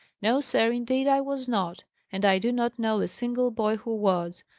no, sir, indeed i was not and i do not know a single boy who was.